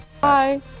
bye